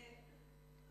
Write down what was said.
בשיתוף.